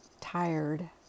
tired